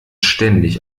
ständig